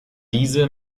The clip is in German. diese